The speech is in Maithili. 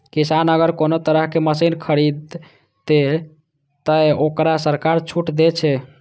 किसान अगर कोनो तरह के मशीन खरीद ते तय वोकरा सरकार छूट दे छे?